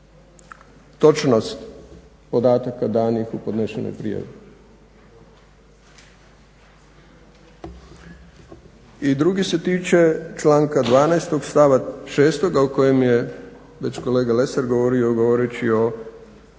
točnost podataka danih u podnesenoj prijavi. I drugi se tiče članka 12. stavak 6. o kojem je već kolega Lesar govorio govoreći o